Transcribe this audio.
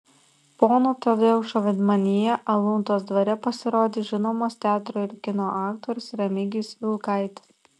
pono tadeušo vaidmenyje aluntos dvare pasirodys žinomas teatro ir kino aktorius remigijus vilkaitis